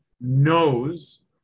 knows